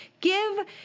give